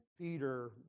Peter